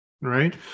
Right